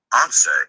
Answer